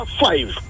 five